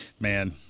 Man